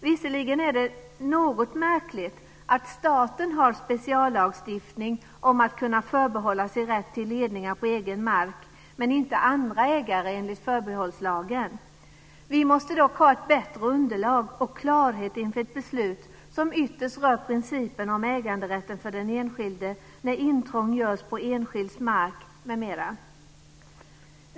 Visserligen är det något märkligt att staten har speciallagstiftning om att kunna förbehålla sig rätt till ledningar på egen mark, men inte andra ägare, enligt förbehållslagen. Vi måste dock ha ett bättre underlag och klarhet inför ett beslut som ytterst rör principen om äganderätten för den enskilde när intrång görs på enskilds mark m.m.